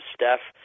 Steph